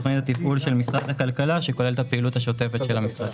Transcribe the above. תוכנית הטיפול של משרד הכלכלה שכוללת את הפעילות השוטפת של המשרד.